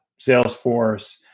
Salesforce